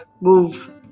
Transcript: Move